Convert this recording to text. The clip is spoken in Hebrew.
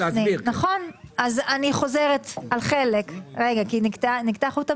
אני חוזרת על חלק מהדברים שאמרתי כי נקטע לי חוט המחשבה.